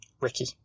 Ricky